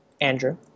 Andrew